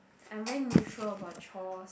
I'm very neutral about chores